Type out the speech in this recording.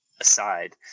aside